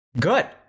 Good